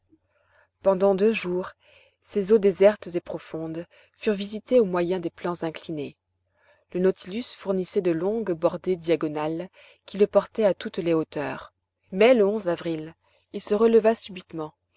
pendant deux jours ces eaux désertes et profondes furent visitées au moyen des plans inclinés le nautilus fournissait de longues bordées diagonales qui le portaient à toutes les hauteurs mais le avril il se releva subitement